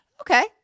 Okay